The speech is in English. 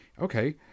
okay